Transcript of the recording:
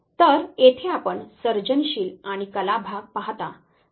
तर येथे आपण सर्जनशील आणि कला भाग पाहता